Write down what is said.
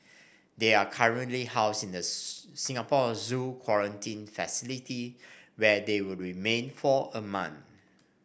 they are currently housed in the Singapore Zoo quarantine facility where they will remain for a month